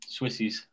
Swissies